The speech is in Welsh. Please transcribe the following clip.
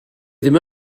ddim